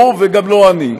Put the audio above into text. לא הוא, וגם לא אני.